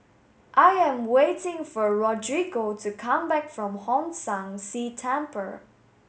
I am waiting for Rodrigo to come back from Hong San See Temple